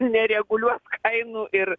nereguliuos kainų ir